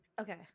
okay